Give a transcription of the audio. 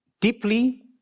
deeply